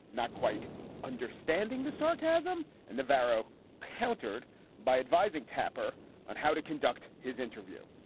not quite understanding the sarcasm. and navarro countered by advising tapper on how to conduct his interview.